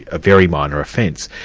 a very minor offence.